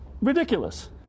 ridiculous